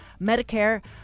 Medicare